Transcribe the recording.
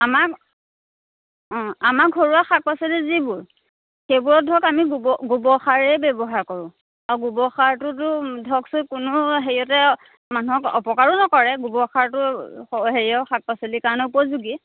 আমাৰ অঁ আমাৰ ঘৰুৱা শাক পাচলি যিবোৰ সেইবোৰত ধৰক আমি গোবৰ গোবৰ সাৰেই ব্যৱহাৰ কৰোঁ আৰু গোবৰ সাৰটোতো ধৰক কোনো হেৰিয়তে মানুহক অপকাৰো নকৰে গোবৰ সাৰতো হেৰিয়ৰ পাচলিৰ কাৰণে উপযোগী